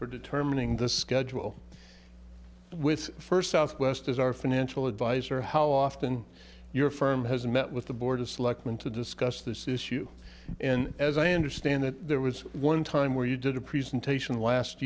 for determining the schedule with first south west as our financial advisor how often your firm has met with the board of selectmen to discuss this issue and as i understand that there was one time where you did a presentation last